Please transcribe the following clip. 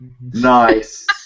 Nice